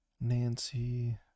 Nancy